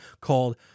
called